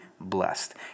blessed